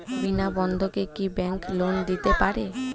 বিনা বন্ধকে কি bank loan দিতে পারে?